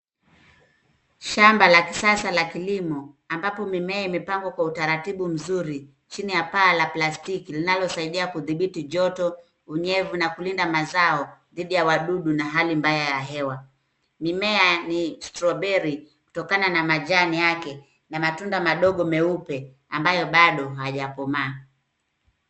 Shamba la kisasa la kilimo, ambapo mimea imepangwa kwa utaratibu mzuri, chini ya paa la plastiki linalosaidia kudhibiti joto, unyevu, na kulinda mazao dhidi ya wadudu na hali mbaya ya hewa. Mimea ni strawberry , kutokana na majani yake na matunda madogo meupe ambayo bado hayajakomaa.